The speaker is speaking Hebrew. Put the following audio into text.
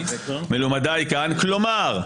כלומר,